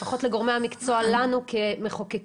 לפחות לגורמי המקצוע, לנו כמחוקקים,